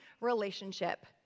relationship